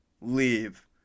leave